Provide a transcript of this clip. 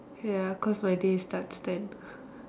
ya cause my day starts ten